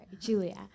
Julia